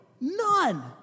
None